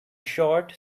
short